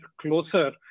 closer